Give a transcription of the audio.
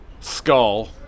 skull